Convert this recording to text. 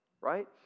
right